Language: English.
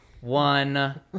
one